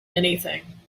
anything